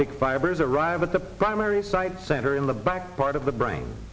arctic fibers arrive at the primary site center in the back part of the brain